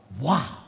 Wow